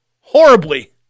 horribly